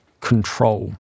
control